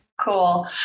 cool